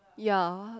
ya